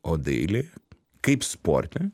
o dailėje kaip sporte